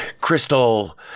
crystal